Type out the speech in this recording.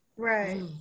Right